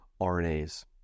RNAs